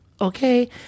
okay